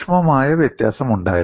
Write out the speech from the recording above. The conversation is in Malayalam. സൂക്ഷ്മമായ വ്യത്യാസമുണ്ടായിരുന്നു